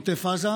עוטף עזה,